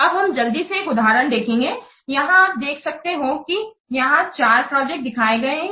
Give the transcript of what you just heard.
अब हम जल्दी से एक दूसरा उदाहरण देखेंगे यहां आप देख सकते हो कि यहां चार प्रोजेक्ट दिखाए गए हैं